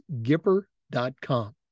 Gipper.com